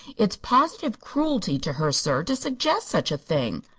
it's positive cruelty to her, sir, to suggest such a thing!